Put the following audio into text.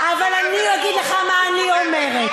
אבל אני אגיד לך מה אני אומרת,